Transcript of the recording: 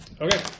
Okay